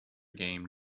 game